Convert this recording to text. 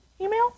email